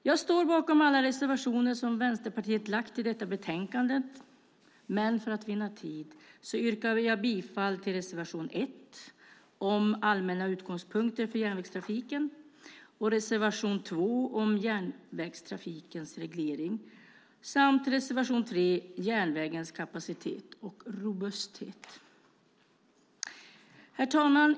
Jag står bakom alla reservationer som Vänsterpartiet har i detta betänkande, men för att vinna tid yrkar jag bifall till reservation 1 om allmänna utgångspunkter för järnvägstrafiken, reservation 2 om järnvägstrafikens reglering samt reservation 3 om järnvägens kapacitet och robusthet.